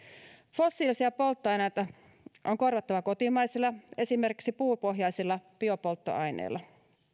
fossiilisia polttoaineita on korvattava kotimaisilla esimerkiksi puupohjaisilla biopolttoaineilla